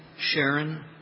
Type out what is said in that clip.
Sharon